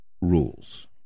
rules